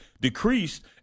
decreased